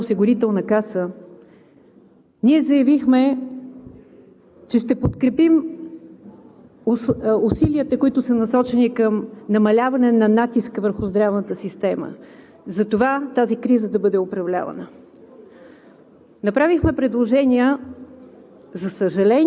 Когато обсъждахме на първо четене бюджета на Националната здравноосигурителна каса, ние заявихме, че ще подкрепим усилията, които са насочени към намаляване на натиска върху здравната система, затова тази криза да бъде управлявана,